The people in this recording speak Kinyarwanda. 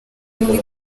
muri